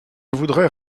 voudrais